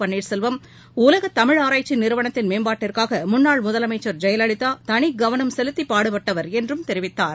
பன்னீர்செல்வம் உலகத் தமிழ் ஆராய்ச்சி நிறுவனத்தின் மேம்பாட்டுக்காக முன்னாள் முதலமைச்சர் ஜெயலலிதா தனிக்கவனம் செலுத்தி பாடுபட்டவர் என்றும் தெரிவித்தார்